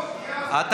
לא, שנייה.